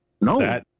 No